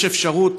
יש אפשרות.